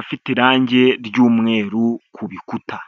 afite irange ry'umweru ku bikuta.